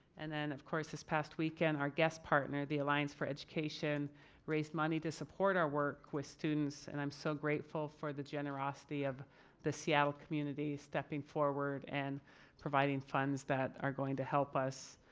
and then of course this past weekend our guest partner at the alliance for education raised money to support our work with students. and i'm so grateful for the generosity of the seattle community stepping forward and providing funds that are going to help us.